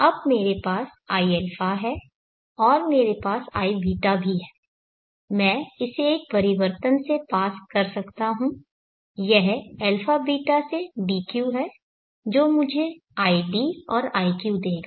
अब मेरे पास iα है और मेरे पास है iβ भी मैं इसे एक परिवर्तन से पास कर सकता हूं यह αβ से dq है जो मुझे id और iq देगा